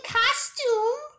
costume